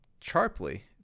sharply